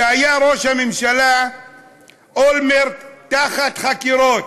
כשהיה ראש הממשלה אולמרט תחת חקירות,